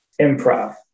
improv